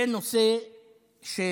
זה נושא שהוא